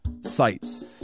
sites